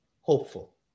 hopeful